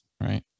right